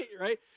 Right